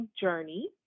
journey